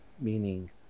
Meaning